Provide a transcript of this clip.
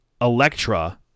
Electra